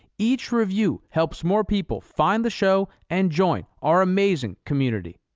each review helps more people find the show and join our amazing community.